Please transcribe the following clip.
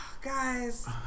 guys